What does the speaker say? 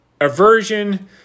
aversion